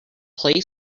play